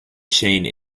shane